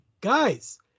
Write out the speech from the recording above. Guys